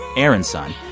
aaron's son,